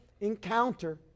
encounter